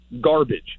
garbage